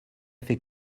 fait